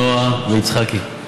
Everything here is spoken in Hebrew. נועה ויצחקי.